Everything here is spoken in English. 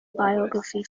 biography